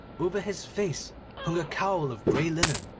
over his face hung a cowl of grey linen,